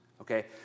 okay